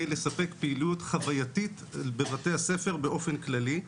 לספק פעילות חווייתית בבתי הספר באופן כללי.